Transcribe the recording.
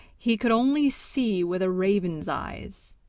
he could only see with a raven's eyes,